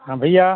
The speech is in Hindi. हाँ भैया